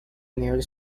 nivel